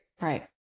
Right